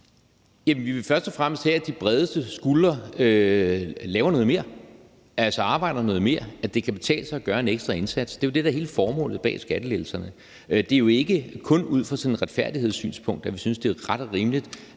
Vi vil først og fremmest have, at de bredeste skuldre laver noget mere, altså arbejder noget mere, og at det kan betale sig at gøre en ekstra indsats. Det er jo det, der er hele formålet bag skattelettelserne. Det er jo ikke kun ud fra et retfærdighedssynspunkt, at vi synes, at det er ret og rimeligt,